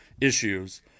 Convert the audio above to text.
issues